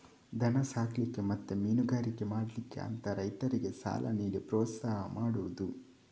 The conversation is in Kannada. ದನ ಸಾಕ್ಲಿಕ್ಕೆ ಮತ್ತೆ ಮೀನುಗಾರಿಕೆ ಮಾಡ್ಲಿಕ್ಕೆ ಅಂತ ರೈತರಿಗೆ ಸಾಲ ನೀಡಿ ಪ್ರೋತ್ಸಾಹ ಮಾಡುದು